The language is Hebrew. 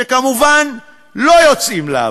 שכמובן לא יוצאים לעבוד,